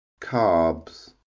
Carbs